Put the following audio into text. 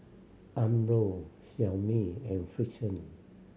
Umbro Xiaomi and Frixion